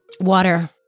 Water